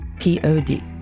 p-o-d